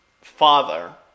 father